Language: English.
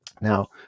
Now